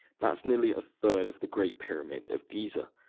that's nearly a third of the great pyramid of giza!